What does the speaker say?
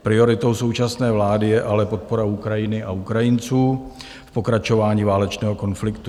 Prioritou současné vlády je ale podpora Ukrajiny a Ukrajinců v pokračování válečného konfliktu.